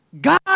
God